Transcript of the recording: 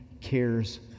cares